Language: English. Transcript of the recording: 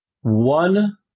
one